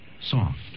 Soft